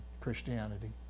Christianity